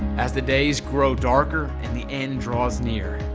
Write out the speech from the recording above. as the days grow darker and the end draws near,